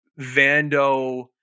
Vando